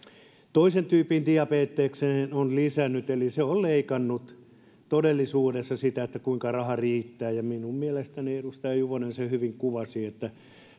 toisen tyypin diabetekseen on lisännyt sitä eli se on leikannut todellisuudessa sitä kuinka raha riittää minun mielestäni edustaja juvonen sen hyvin kuvasi että